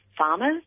farmers